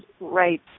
right